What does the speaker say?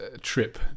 trip